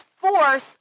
force